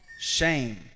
Shame